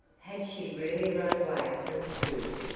had she really run away from school?